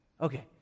Okay